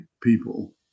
people